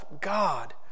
God